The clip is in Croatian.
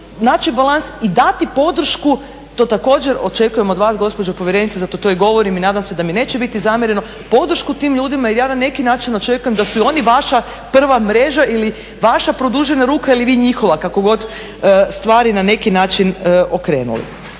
naći balans i dati podršku, to također očekujemo od vas gospođo povjerenice zato to i govorim i nadam se da mi neće biti zamjereno, podršku tim ljudima jer ja na neki način očekujem da su i oni vaša prva mreža ili vaša produžena ruka ili vi njihova, kako god stvari na neki način okrenuli.